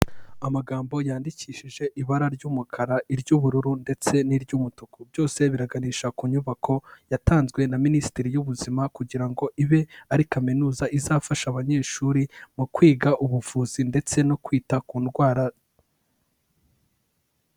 Amagambo yandikishije ibara ry'umukara iry'ubururu ndetse n'iry'umutuku, byose biraganisha ku nyubako yatanzwe na Minisiteri y'Ubuzima kugira ngo ibe ari kaminuza izafasha abanyeshuri mu kwiga ubuvuzi ndetse no kwita ku ndwara.